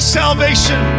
salvation